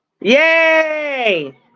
yay